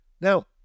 Now